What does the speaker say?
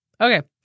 Okay